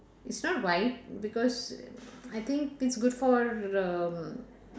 it's not like because I think it's good for um